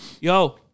Yo